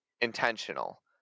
intentional